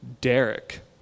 Derek